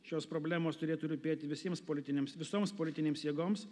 šios problemos turėtų rūpėti visiems politiniams visoms politinėms jėgoms